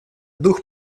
дух